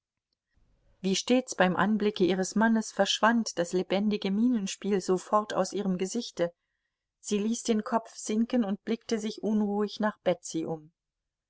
wie stets beim anblicke ihres mannes verschwand das lebendige mienenspiel sofort aus ihrem gesichte sie ließ den kopf sinken und blickte sich unruhig nach